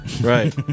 Right